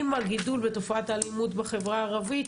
עם הגידול בתופעת האלימות בחברה הערבית,